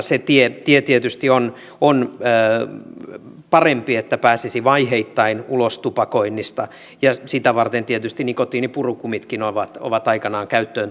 se tie tietysti on parempi että pääsisi vaiheittain ulos tupakoinnista ja sitä varten tietysti nikotiinipurukumitkin ovat aikanaan käyttöön tulleet